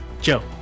Joe